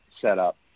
setup